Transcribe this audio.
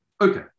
Okay